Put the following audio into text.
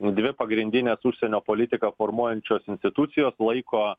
dvi pagrindines užsienio politiką formuojančios institucijos laiko